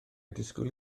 disgwyl